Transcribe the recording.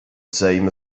same